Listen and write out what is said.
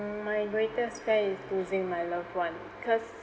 my greatest fear is losing my loved one cause